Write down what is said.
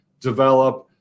develop